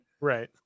right